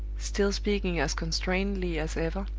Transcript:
still speaking as constrainedly as ever,